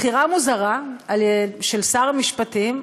בחירה מוזרה של שר המשפטים.